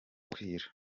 kwira